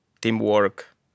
teamwork